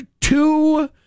two